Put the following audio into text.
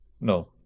No